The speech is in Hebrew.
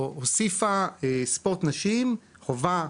או הוסיפה ספורט נשים חובה,